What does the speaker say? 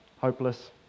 hopeless